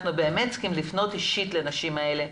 אנחנו צריכים לפנות אישית לנשים האלה.